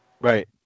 right